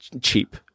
cheap